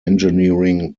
engineering